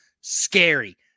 scary